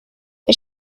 but